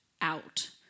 out